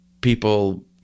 people